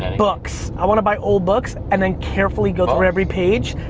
books, i want to buy old books, and then carefully go every page,